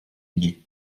villers